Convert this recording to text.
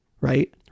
Right